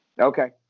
Okay